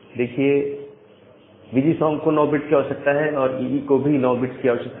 देखिए वीजीसॉम को 9 बिट्स की आवश्यकता है और ईई को भी 9 बिट्स की आवश्यकता है